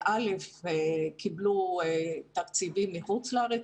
קיבלו תקציבים מחוץ לארץ,